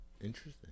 Interesting